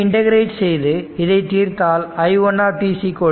இதனை integrate செய்து இதை தீர்த்தால் i1 2